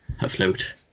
afloat